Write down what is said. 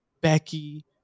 Becky